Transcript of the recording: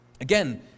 Again